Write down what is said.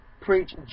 preach